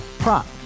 Prop